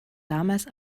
damals